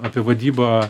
apie vadybą